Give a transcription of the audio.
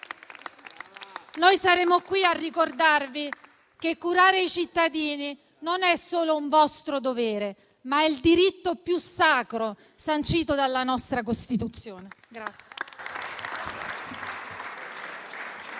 saremo qui a ricordarvi che curare i cittadini non è solo un vostro dovere, ma il diritto più sacro sancito dalla nostra Costituzione.